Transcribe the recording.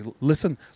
listen